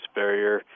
barrier